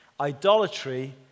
Idolatry